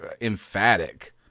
emphatic